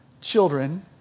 children